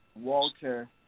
Walter